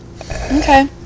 Okay